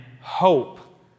hope